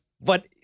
but-